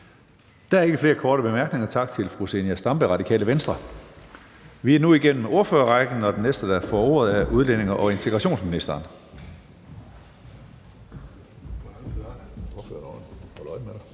Der er ikke flere korte bemærkninger, så tak til fru Zenia Stampe, Radikale Venstre. Vi er nu igennem ordførerrækken, og den næste, der får ordet, er udlændinge- og integrationsministeren.